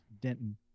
Denton